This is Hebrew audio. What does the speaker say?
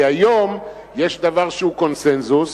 כי היום יש דבר שהוא קונסנזוס,